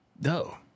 No